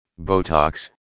Botox